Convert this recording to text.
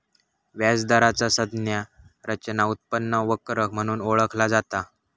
व्याज दराचा संज्ञा रचना उत्पन्न वक्र म्हणून ओळखला जाता